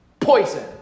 poison